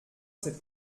cette